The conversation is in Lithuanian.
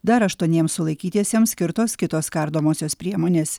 dar aštuoniems sulaikytiesiems skirtos kitos kardomosios priemonės